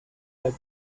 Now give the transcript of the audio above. like